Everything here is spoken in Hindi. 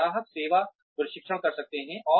हम ग्राहक सेवा प्रशिक्षण कर सकते हैं